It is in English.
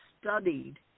studied